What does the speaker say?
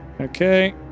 Okay